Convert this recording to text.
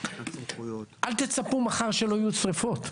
אל תצפו מחר שלא יהיו שרפות.